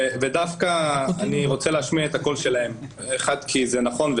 אני רוצה להשמיע את הקול שלהם, כי זה נכון.